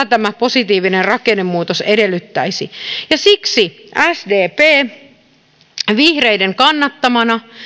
tämä positiivinen rakennemuutos edellyttäisi siksi sdp vihreiden kannattamana